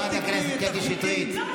חברת הכנסת קטי שטרית,